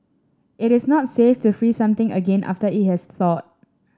it is not safe to freeze something again after it has thawed